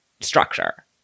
structure